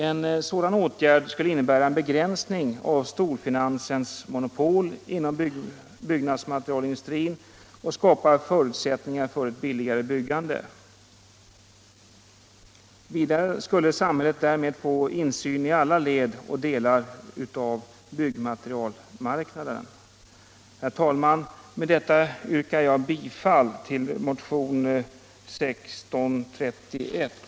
En sådan åtgärd skulle innebära en begränsning av storfinansens monopol inom byggnadsmaterialindustrin och skapa förutsättningar för ett billigare byggande. Vidare skulle samhället få insyn i alla led och delar av byggmaterialmarknaden. Herr talman! Med det anförda yrkar jag bifall till motionen 1631.